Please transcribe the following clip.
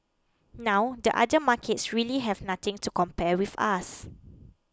now the other markets really have nothing to compare with us